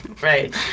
right